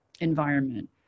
environment